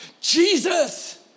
Jesus